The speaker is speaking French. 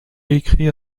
écrit